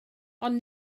ond